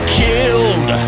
killed